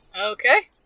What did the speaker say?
Okay